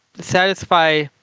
satisfy